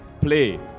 play